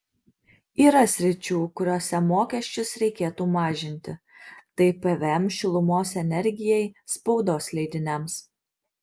yra sričių kuriose mokesčius reikėtų mažinti tai pvm šilumos energijai spaudos leidiniams